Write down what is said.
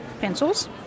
pencils